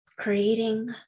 Creating